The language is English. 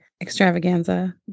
extravaganza